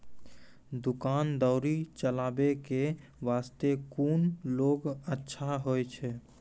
दुकान दौरी चलाबे के बास्ते कुन लोन अच्छा होय छै?